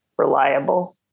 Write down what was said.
Reliable